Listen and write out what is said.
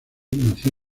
nació